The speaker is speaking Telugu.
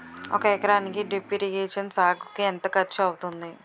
ఒక ఎకరానికి డ్రిప్ ఇరిగేషన్ సాగుకు ఎంత ఖర్చు అవుతుంది?